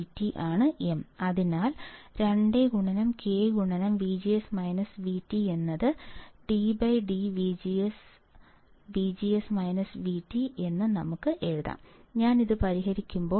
VGS VT അതിനാൽ 2K ddVGS ഞാൻ ഇത് പരിഹരിക്കുമ്പോൾ